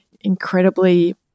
incredibly